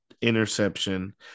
interception